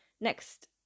Next